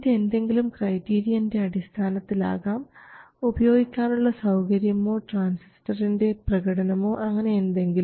ഇത് എന്തെങ്കിലും ക്രൈറ്റീരിയൻറെ അടിസ്ഥാനത്തിൽ ആകാം ഉപയോഗിക്കാനുള്ള സൌകര്യമോ ട്രാൻസിസ്റ്ററിൻറെ പ്രകടനമോ അങ്ങനെ എന്തെങ്കിലും